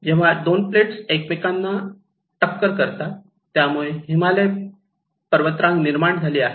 जेव्हा दोन प्लेट्स एकमेकांना टक्कर करतात तेव्हा यामुळे हिमालय पर्वतरांग निर्माण झाली आहे